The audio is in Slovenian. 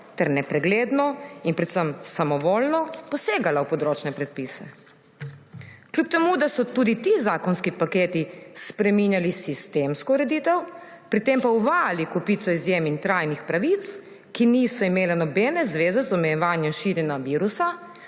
ter nepregledno in predvsem samovoljno posegala v področne predpise. Kljub temu, da so tudi ti zakonski paketi spreminjali sistemsko ureditev, pri tem pa uvajali kopico izjem in trajnih pravic, ki niso imele nobene zveze z omejevanjem širjenja virusa,